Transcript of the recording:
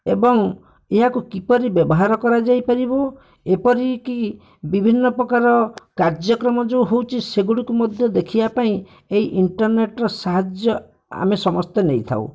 ଏବଂ ଏହାକୁ କିପରି ବ୍ୟବହାର କରାଯାଇପାରିବ ଏପରି କି ବିଭିନ୍ନପ୍ରକାର କାର୍ଯ୍ୟକ୍ରମ ଯେଉଁ ହେଉଛି ସେଗୁଡ଼ିକୁ ମଧ୍ୟ ଦେଖିବା ପାଇଁ ଏଇ ଇଣ୍ଟରନେଟ୍ର ସାହାଯ୍ୟ ଆମେ ସମସ୍ତେ ନେଇଥାଉ